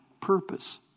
purpose